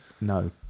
No